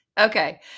okay